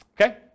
Okay